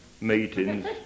meetings